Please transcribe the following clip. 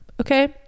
okay